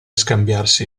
scambiarsi